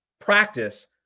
practice